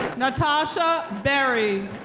natasha berry.